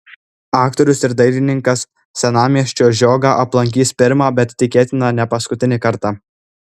aktorius ir dainininkas senamiesčio žiogą aplankys pirmą bet tikėtina ne paskutinį kartą